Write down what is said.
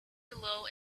below